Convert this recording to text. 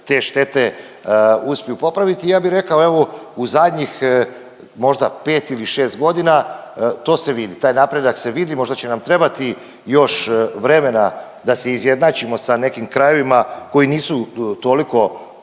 te štete uspiju popraviti. I ja bi rekao evo u zadnjih možda pet ili šest godina to se vidi, taj napredak se vidi. Možda će nam trebati još vremena da se izjednačimo sa nekim krajevima koji nisu toliko